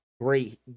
Great